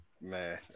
Man